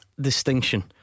distinction